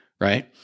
Right